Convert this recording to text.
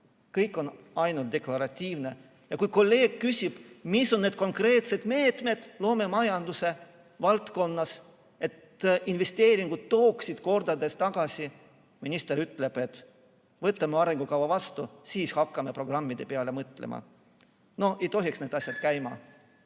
Kõik on ainult deklaratiivne. Ja kui kolleeg küsib, mis on need konkreetsed meetmed loomemajanduse valdkonnas, et investeeringud tooksid kordades tagasi, siis minister ütleb, et võtame arengukava vastu, pärast seda hakkame programmide peale mõtlema. No nii ei tohiks need asjad käia.